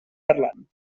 parlant